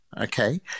okay